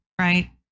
right